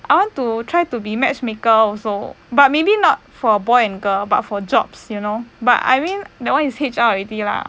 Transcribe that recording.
I want to try to be match maker also but maybe not for boy and girl but for jobs you know but I mean that one is H_R already lah